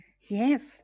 Yes